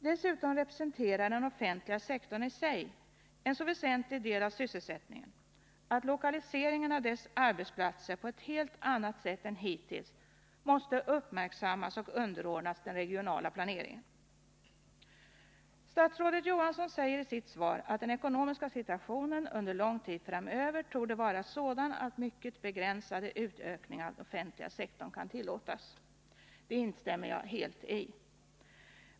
Dessutom representerar den offentliga sektorn i sig en så väsentlig del av sysselsättningen att lokaliseringen av dessa arbetsplatser på ett helt annat sätt än hittills måste uppmärksammas och underordnas den regionala planeringen. Statsrådet Johansson säger i sitt svar att den ekonomiska situationen under lång tid framöver torde vara sådan att mycket begränsade utökningar av den offentliga sektorn kan tillåtas. Detta instämmer jag helt i.